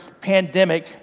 pandemic